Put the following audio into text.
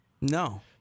No